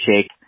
shake